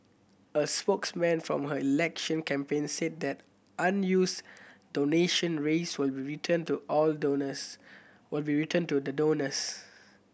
a spokesman from her election campaign said that an use donation raise will be returned to all donors will be returned to the donors